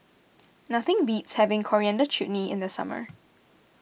nothing beats having Coriander Chutney in the summer